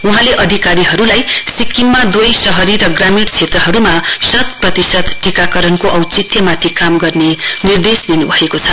वहाँले अधिकारीहरुलाई सिक्किममा दुवै शहरी र ग्रामीण शत प्रतिशत टीकाकरण औंचित्यमाथि काम गर्ने निर्देश दिनुभएको छ